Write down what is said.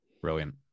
brilliant